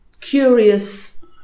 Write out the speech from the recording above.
curious